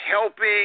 helping